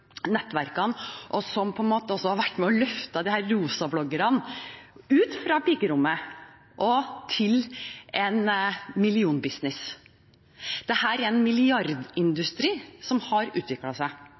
nettverkene, og som også har vært med på å løfte disse rosabloggerne ut fra pikerommet og til en millionbusiness. Det er en